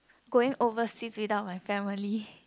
going overseas without my family